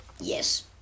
yes